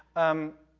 um,